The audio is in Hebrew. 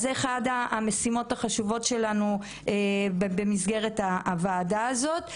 אז זו אחת המשימות החשובות שלנו במסגרת הוועדה הזאת.